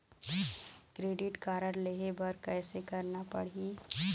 Credit card लेहे बर कैसे करना पड़ही?